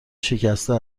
شکسته